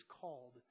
called